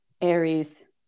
aries